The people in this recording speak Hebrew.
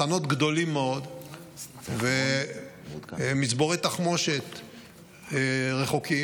מחנות גדולים מאוד ומצבורי תחמושת רחוקים.